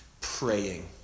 praying